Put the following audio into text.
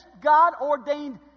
God-ordained